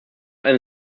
eine